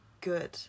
good